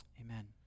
Amen